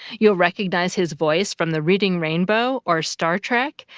you'll recognize his voice from the reading rainbow or star trek,